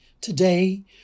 Today